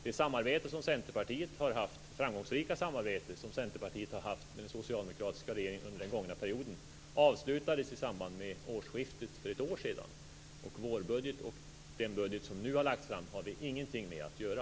Det framgångsrika samarbete som Centerpartiet har haft med den Socialdemokratiska regeringen under den gångna perioden avslutades i samband med årsskiftet för ett år sedan. Vårbudgeten och den budget som nu har lagts fram har vi ingenting med att göra.